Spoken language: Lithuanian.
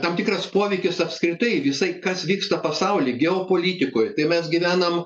tam tikras poveikis apskritai visai kas vyksta pasauly geopolitikoj tai mes gyvenam